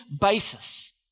basis